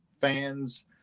fans